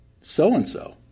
so-and-so